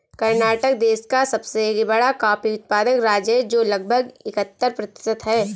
कर्नाटक देश का सबसे बड़ा कॉफी उत्पादन राज्य है, जो लगभग इकहत्तर प्रतिशत है